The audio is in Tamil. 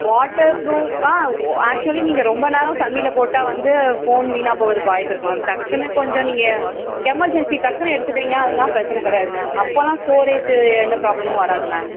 வாட்டர் ப்ரூஃப் ஆ ஆக்சுவலி நீங்கள் ரொம்ப நேரம் தண்ணியில் போட்டால் வந்து ஃபோன் வீணாக போகிறதுக்கு வாய்ப்பு இருக்குது மேம் டக்குன்னு கொஞ்சம் நீங்கள் எமர்ஜென்சி டக்குன்னு எடுத்துட்டீங்க அதுனா பிரச்சனை கிடையாது மேம் அப்போது ஸ்டோரேஜு எந்த ப்ராப்ளமும் வராது மேம்